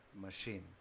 machine